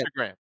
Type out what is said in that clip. Instagram